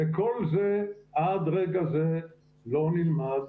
וכל זה עד רגע זה לא נלמד.